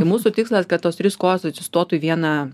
mūsų tikslas kad tos trys kojos atsistotų į vieną